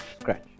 scratch